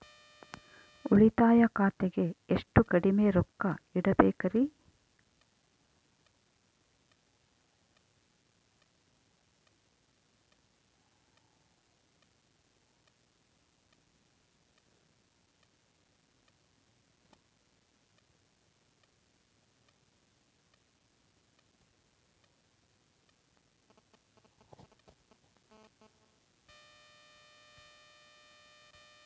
ಉಳಿತಾಯ ಖಾತೆಗೆ ಎಷ್ಟು ಕಡಿಮೆ ರೊಕ್ಕ ಇಡಬೇಕರಿ?